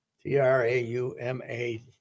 T-R-A-U-M-A